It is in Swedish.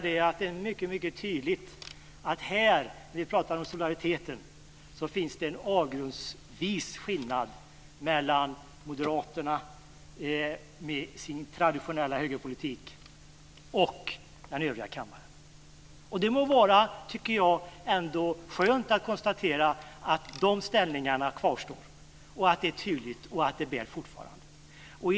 Det är mycket tydligt att i diskussionen om solidaritet finns det en avgrundsdjup skillnad mellan Moderaterna, med sin traditionella högerpolitik, och den övriga kammaren. Det må vara skönt att konstatera att de ställningarna kvarstår. Det är tydligt att de fortfarande bär.